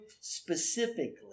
specifically